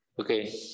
Okay